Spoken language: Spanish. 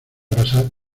pasar